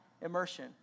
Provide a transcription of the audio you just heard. immersion